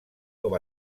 com